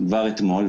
כבר אתמול,